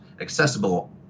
accessible